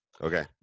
okay